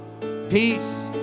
Peace